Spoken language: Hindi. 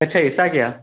अच्छा ऐसा क्या